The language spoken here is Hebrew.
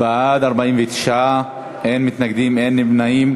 בעד, 49, אין מתנגדים, אין נמנעים.